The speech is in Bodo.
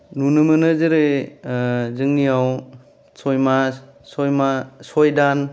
नुनो मोनो जेरै ओ जोंनियाव सय मास सय मा सय दान